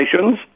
nations